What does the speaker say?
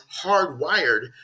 hardwired